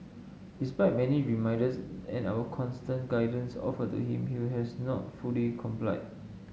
despite many reminders and our constant guidance offered to him he has not fully complied